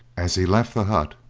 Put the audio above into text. as he left the hut,